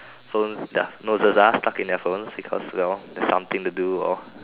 so noses are stuck in their phones because they have something to do